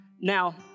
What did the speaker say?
Now